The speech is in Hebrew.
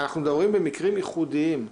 אנחנו מדברים במקרים ייחודיים,